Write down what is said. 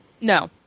No